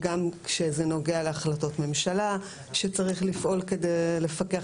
גם כשזה נוגע להחלטות ממשלה שצריך לפעול כדי לפקח